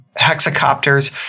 hexacopters